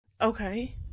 Okay